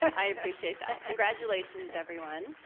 i appreciate that. congratulations, everyone.